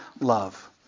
love